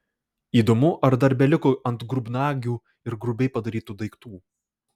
įdomu ar dar beliko atgrubnagių ir grubiai padarytų daiktų